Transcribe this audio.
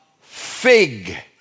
fig